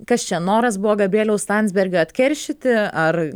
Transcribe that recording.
kas čia noras buvo gabrieliaus landsbergio atkeršyti ar